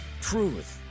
truth